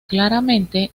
claramente